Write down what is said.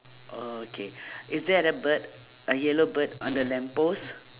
okay is there a bird a yellow bird on the lamp post